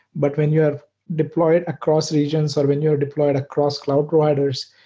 but when you're deployed across regions or when you're deployed across cloud providers,